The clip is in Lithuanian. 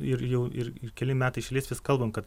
ir jau ir keli metai iš eilės vis kalbam kad